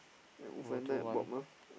O two one